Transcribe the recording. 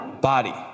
body